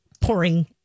pouring